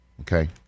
Okay